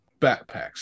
backpacks